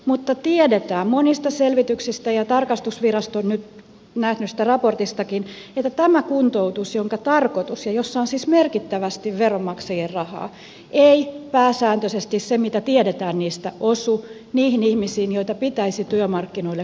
mutta tiedetään monista selvityksistä ja tarkastusviraston nyt nähdystä raportistakin että tämä kuntoutus jossa on siis merkittävästi veronmaksajien rahaa ei pääsääntöisesti se mitä tiedetään siitä osu niihin ihmisiin joita pitäisi työmarkkinoille kuntouttaa